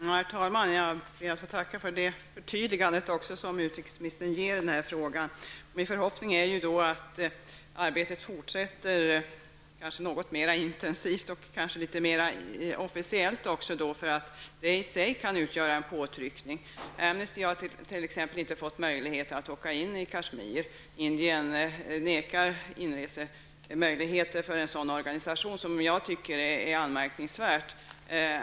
Herr talman! Jag ber att få tacka för utrikesministerns förtydligande i den här frågan. Min förhoppning är att arbetet fortsätter kanske något mer intensivt och med en mer officiell prägel, vilket i sig skulle kunna utgöra en påtryckning. Amnesty International har inte haft möjlighet att skicka representanter till Kashmir. De indiska myndigheterna förvägrar en sådan organisation inresetillstånd, vilket jag tycker är anmärkningsvärt.